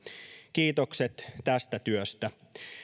kiitokset tästä työstä